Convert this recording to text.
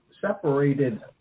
separated